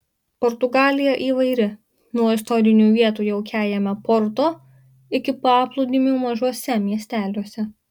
portugalija įvairi nuo istorinių vietų jaukiajame porto iki paplūdimių mažuose miesteliuose